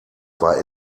war